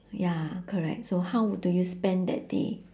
ya correct so how wou~ do you spend that day